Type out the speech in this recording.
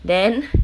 then